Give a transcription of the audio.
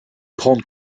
grande